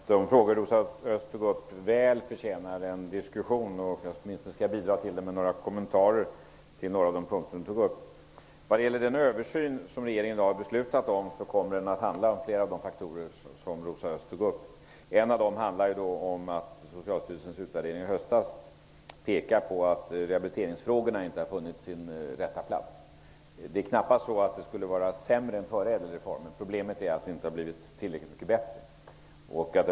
Fru talman! Jag tycker att de frågor Rosa Östh tog upp väl förtjänar en diskussion. Jag skall bidra med några kommentarer till några av de punkter hon tog upp. Vad gäller den översyn regeringen i dag har beslutat om, så kommer den att handla om flera av de faktorer Rosa Östh tog upp. En av dem handlar om att Socialstyrelsens utvärdering i höstas pekar på att rehabiliteringsfrågorna inte har funnit sin rätta plats. Det är knappast så att det skulle vara sämre än före ÄDEL-reformen. Problemet är att det inte har blivit tillräckligt mycket bättre.